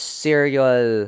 serial